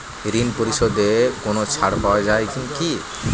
ঋণ পরিশধে কোনো ছাড় পাওয়া যায় কি?